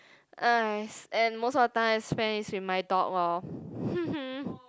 and most of the time I spend is with my dog lor